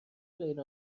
بین